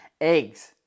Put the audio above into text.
Eggs